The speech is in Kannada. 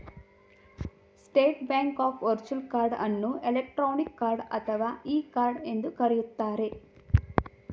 state bank of virtual card ಅನ್ನು ಎಲೆಕ್ಟ್ರಾನಿಕ್ ಕಾರ್ಡ್ ಅಥವಾ ಇ ಕಾರ್ಡ್ ಎಂದು ಕರೆಯುತ್ತಾರೆ